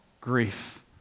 grief